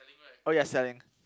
oh ya selling